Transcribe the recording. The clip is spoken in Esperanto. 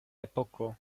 epoko